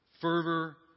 fervor